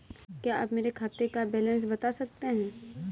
क्या आप मेरे खाते का बैलेंस बता सकते हैं?